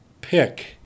pick –